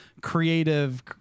creative